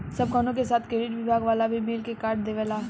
सब कवनो के साथ क्रेडिट विभाग वाला भी मिल के कार्ड देवेला